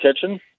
kitchen